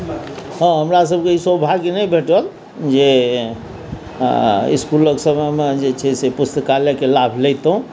हँ हमरासबके ई सौभाग्य नहि भेटल जे अँ इसकुलके समयमे जे छै से पुस्तकालयके लाभ लेतहुँ